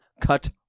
Cut